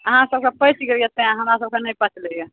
अहाँ सबके पैचि गेल यऽ तेॅं हमरा सबके नहि पचलै यऽ